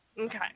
Okay